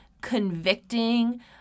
convicting